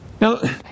Now